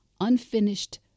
unfinished